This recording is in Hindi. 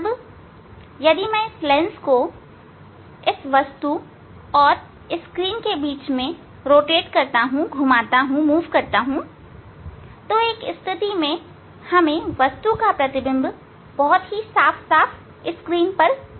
अब यदि मैं लेंस को इस वस्तु और स्क्रीन के बीच घुमाता हूं तो एक स्थिति पर हमें वस्तु का बहुत साफ प्रतिबिंब स्क्रीन पर मिलेगा